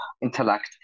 intellect